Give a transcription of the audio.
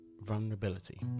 vulnerability